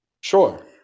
Sure